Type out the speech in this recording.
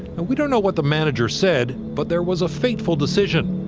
we don't know what the manager said. but there was a fateful decision.